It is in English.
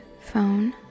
phone